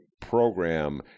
program